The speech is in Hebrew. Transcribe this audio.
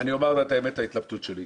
אבל אני אומר את האמת, את ההתלבטות שלי.